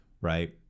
right